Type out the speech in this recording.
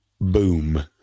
Boom